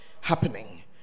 happening